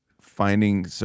finding